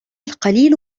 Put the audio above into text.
القليل